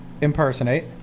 impersonate